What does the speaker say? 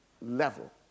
level